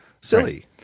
silly